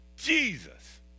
Jesus